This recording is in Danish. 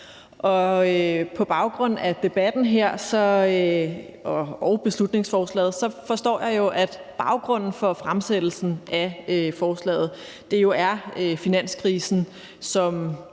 her og beslutningsforslaget forstår jeg jo, at baggrunden for fremsættelsen af forslaget er finanskrisen,